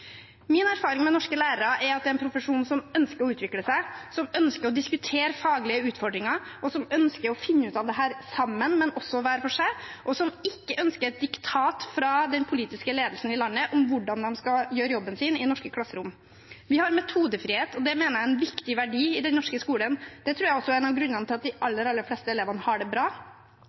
er at norske lærere representerer en profesjon som ønsker å utvikle seg, som ønsker å diskutere faglige utfordringer, og som ønsker å finne ut av dette sammen, men også hver for seg, og som ikke ønsker et diktat fra den politiske ledelsen i landet om hvordan de skal gjøre jobben sin i norske klasserom. Vi har metodefrihet, og det mener jeg er en viktig verdi i den norske skolen. Det tror jeg også er en av grunnene til at de aller, aller fleste elevene har det bra.